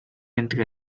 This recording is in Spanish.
entre